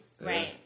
Right